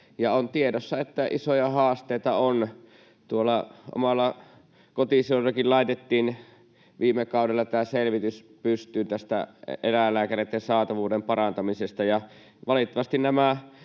On tiedossa, että isoja haasteita on. Tuolla omalla kotiseudullakin laitettiin viime kaudella selvitys pystyyn tästä eläinlääkäreitten saatavuuden parantamisesta. Valitettavasti nämä